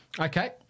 Okay